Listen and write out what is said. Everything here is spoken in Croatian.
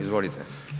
Izvolite.